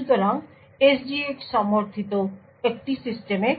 সুতরাং SGX সমর্থিত একটি সিস্টেমে